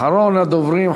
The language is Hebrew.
אחרון הדוברים,